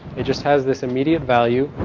it just has this immediate value,